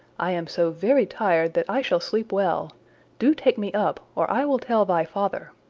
i am so very tired that i shall sleep well do take me up or i will tell thy father.